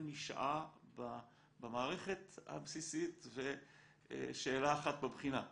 יותר משעה במערכת הבסיסית ושאלה אחת בבחינה,